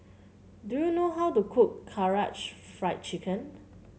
do you know how to cook Karaage Fried Chicken